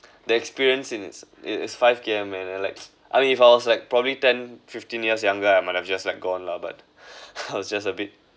the experience in this it it's five K_M and I mean if I was like probably ten fifteen years younger I might have just like gone lah but I was just a bit